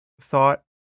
thought